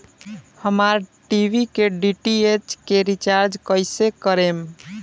हमार टी.वी के डी.टी.एच के रीचार्ज कईसे करेम?